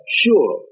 sure